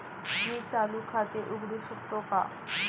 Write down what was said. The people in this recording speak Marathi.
मी चालू खाते उघडू शकतो का?